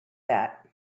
that